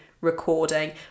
recording